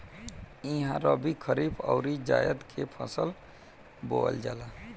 इहा रबी, खरीफ अउरी जायद के फसल बोअल जाला